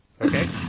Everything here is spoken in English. Okay